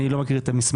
אני לא מכיר את המסמך